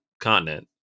continent